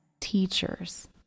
teachers